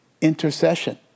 intercession